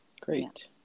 Great